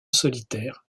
solitaire